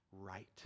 right